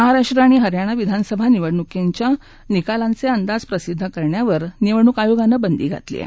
महाराष्ट्र आणि हरयाणा विधानसभा निवडणुकांच्या निकालांचे अंदाज प्रसिद्ध करण्यावर निवडणूक आयोगानं बंदी घातली आहे